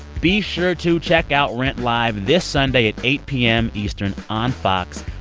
be sure to check out rent live this sunday at eight pm eastern on fox.